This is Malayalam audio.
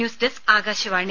news desk Akashvani